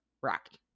Rocky